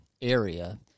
area